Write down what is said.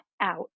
out